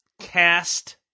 cast